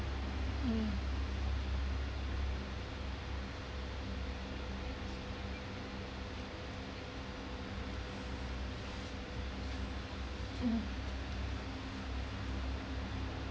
mm